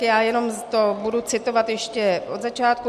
Já jenom to budu citovat ještě od začátku: